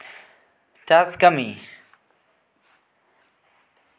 ᱪᱟᱥ ᱠᱟᱹᱢᱤ